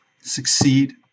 succeed